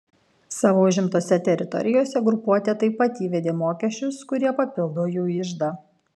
savo užimtose teritorijose grupuotė taip pat įvedė mokesčius kurie papildo jų iždą